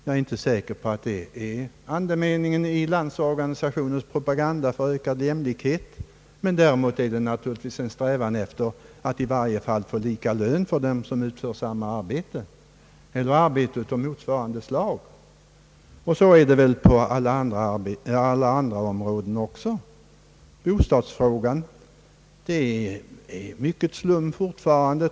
Jag är inte säker på att det är andemeningen i Landsorganisationens propaganda för ökad jämlikhet, vilket naturligtvis en strävan efter att få lika lön för samma arbete eller för arbete av motsvarande slag däremot är. Så är det väl på alla andra områden också, t.ex. när det gäller bostadsfrågan. Det finns mycken slum fortfarande.